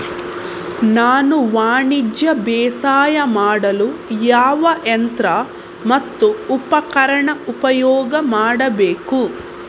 ನಾನು ವಾಣಿಜ್ಯ ಬೇಸಾಯ ಮಾಡಲು ಯಾವ ಯಂತ್ರ ಮತ್ತು ಉಪಕರಣ ಉಪಯೋಗ ಮಾಡಬೇಕು?